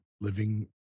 living